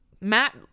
Matt